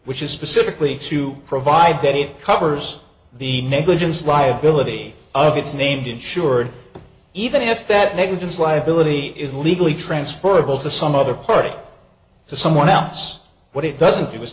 which is specifically to provide that it covers the negligence liability of its named insured even if that negligence liability is legally transferable to some other party to someone else what it doesn't